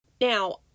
Now